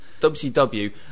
WCW